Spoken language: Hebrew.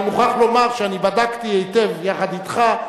אני מוכרח לומר שאני בדקתי היטב יחד אתך,